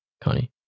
Connie